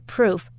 Proof